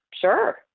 sure